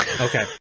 Okay